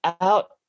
out